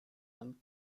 them